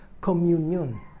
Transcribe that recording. communion